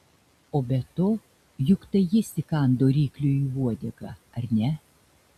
o be to juk tai jis įkando rykliui į uodegą ar ne